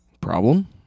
Problem